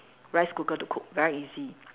rice cooker to cook very easy